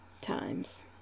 times